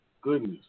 Goodness